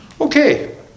Okay